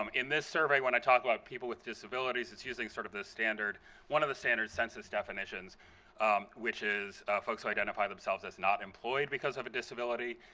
um in this survey, when i talk about people with disabilities, it's using sort of the standard one of the standard census definitions which is folks who identified themselves as not employed because of a disability.